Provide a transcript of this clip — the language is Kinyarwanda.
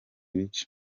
ibice